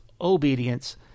obedience